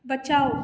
बचाउ